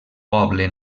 poble